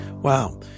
Wow